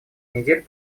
недель